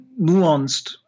nuanced